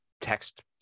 text